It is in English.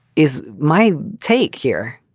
is my take here?